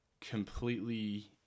completely